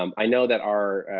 um i know that our